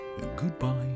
goodbye